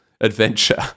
adventure